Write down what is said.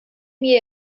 mir